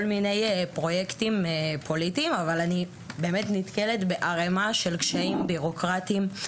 מיני פרויקטים פוליטיים אבל אני נתקלת בערמה של קשיים בירוקרטיים.